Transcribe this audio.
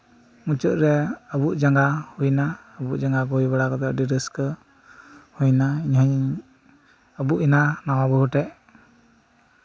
ᱢᱩᱪᱟᱹᱫᱨᱮ ᱟᱵᱩᱜ ᱡᱟᱝᱜᱟ ᱦᱩᱭ ᱮᱱᱟ ᱟᱹᱵᱩᱜ ᱡᱟᱝᱜᱟ ᱦᱩᱭ ᱵᱟᱲᱟ ᱠᱟᱛᱮᱫ ᱟᱹᱰᱤ ᱨᱟᱹᱥᱠᱟᱹ ᱦᱩᱭ ᱮᱱᱟ ᱤᱧ ᱦᱚᱧ ᱟᱹᱵᱩᱜ ᱮᱱᱟ ᱱᱟᱣᱟ ᱵᱟᱹᱦᱩ ᱴᱷᱮᱱ